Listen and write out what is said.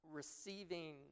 receiving